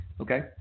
Okay